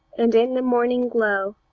and in the morning glow,